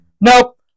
nope